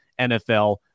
NFL